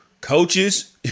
coaches